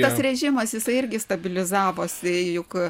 tas režimas jisai irgi stabilizavosi juk